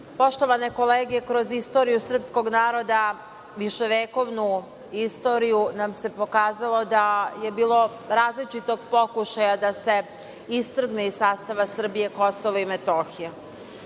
poštovane kolege, kroz istoriju srpskog naroda, viševekovnu istoriju, se pokazalo da je bilo različitog pokušaja da se istrgne iz sastava Srbije KiM.